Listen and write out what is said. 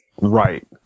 Right